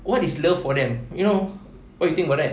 what is love for them you know what you think about that